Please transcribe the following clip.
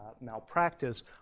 malpractice